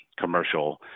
commercial